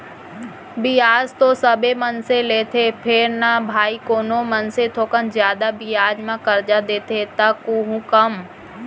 बियाज तो सबे मनसे लेथें फेर न भाई कोनो मनसे थोकन जादा बियाज म करजा देथे त कोहूँ कम